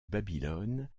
babylone